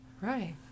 Right